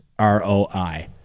ROI